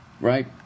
Right